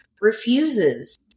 refuses